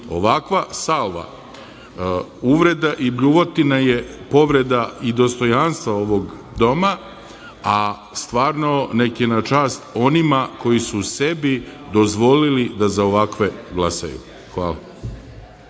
govori. Ovakva salva uvreda i bljuvotina je povreda i dostojanstva ovog doma, a nek je na čast onima koji su sebi dozvolili da za ovakve glasaju. Hvala. Ne